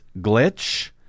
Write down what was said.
glitch